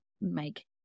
make